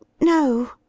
No